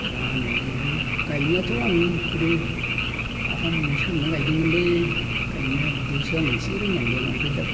मा होनो बै बे गायनायाथ' आं गोदो आफामोनजों सोलोंना गायदोमोनलै गायनाया बिदिआवसो आं एसे रोंलांदों ओमफ्राय दा